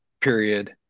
period